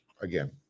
again